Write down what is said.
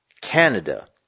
Canada